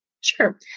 Sure